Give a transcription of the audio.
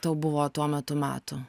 tau buvo tuo metu metų